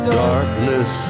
darkness